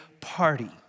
party